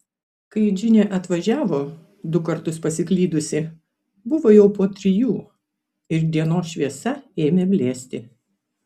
kai džinė atvažiavo du kartus pasiklydusi buvo jau po trijų ir dienos šviesa ėmė blėsti